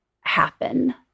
happen